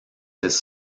his